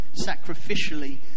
sacrificially